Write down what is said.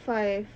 five